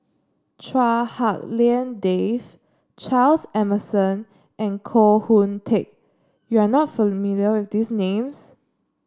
Chua Hak Lien Dave Charles Emmerson and Koh Hoon Teck you are not familiar with these names